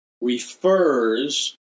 refers